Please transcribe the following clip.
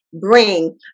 bring